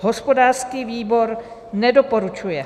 Hospodářský výbor nedoporučuje.